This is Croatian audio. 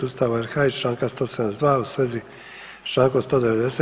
Ustava RH i Članka 172. u svezi s Člankom 190.